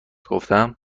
گفتم